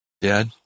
Dad